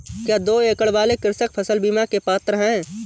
क्या दो एकड़ वाले कृषक फसल बीमा के पात्र हैं?